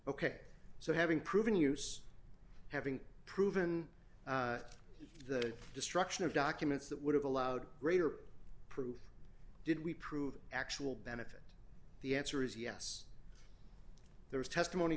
ok so having proven use having proven the destruction of documents that would have allowed greater proof did we prove actual benefit the answer is yes there was testimony